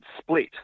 split